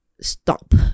stop